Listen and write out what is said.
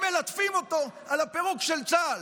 הם מלטפים אותו על הפירוק של צה"ל.